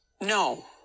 no